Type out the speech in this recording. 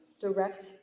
direct